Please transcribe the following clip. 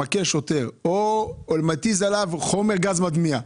מכה שוטר או מתיז עליו גז מדמיע,